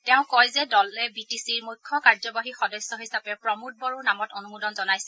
তেওঁ কয় যে দলে বিটিচিৰ মুখ্য কাৰ্যবাহী সদস্য হিচাপে প্ৰমোদ বড়োৰ নামত অনুমোদন জনাইছে